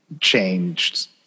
changed